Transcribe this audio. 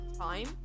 time